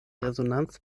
resonanz